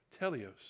Telios